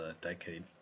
decade